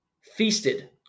feasted